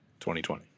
2020